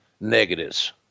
negatives